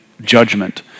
judgment